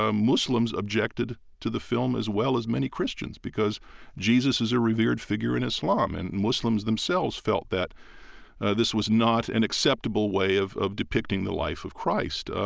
ah muslims objected to the film as well as many christians because jesus is a revered figure in islam and muslims themselves felt that this was not an acceptable way of of depicting the life of christ.